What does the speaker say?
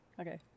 Okay